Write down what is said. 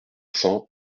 cents